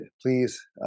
please